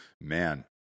man